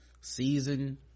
season